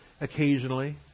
occasionally